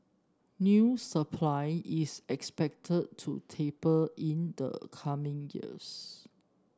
new supply is expected to taper in the coming years